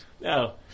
No